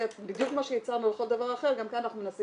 --- בדיוק כמו שייצרנו לכל דבר אחר גם כאן אנחנו מנסים